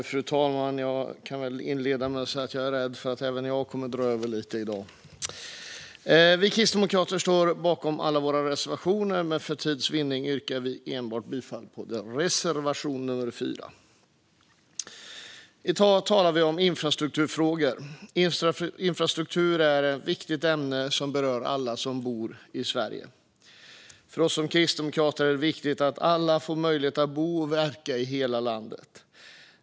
Fru talman! Vi kristdemokrater står bakom alla våra reservationer, men för tids vinning yrkar vi bifall enbart till reservation nummer 4. I dag talar vi om infrastrukturfrågor. Infrastruktur är ett viktigt ämne som berör alla som bor i Sverige. För oss kristdemokrater är det viktigt att alla får möjlighet att bo och verka i hela landet.